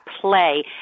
play